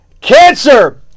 Cancer